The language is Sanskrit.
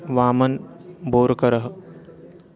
वामनः बोरुकरः